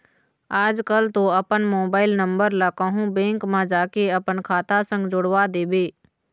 आजकल तो अपन मोबाइल नंबर ला कहूँ बेंक म जाके अपन खाता संग जोड़वा देबे